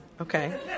Okay